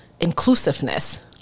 inclusiveness